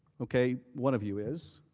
okay, one of you is.